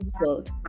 world